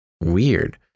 weird